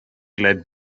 led